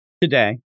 today